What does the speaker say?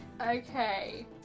okay